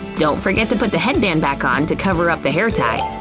don't forget to put the headband back on to cover up the hair tie!